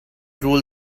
rule